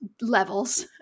levels